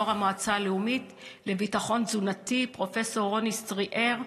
יו"ר המועצה הלאומית לביטחון תזונתי פרופ' רוני סטריאר,